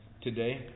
today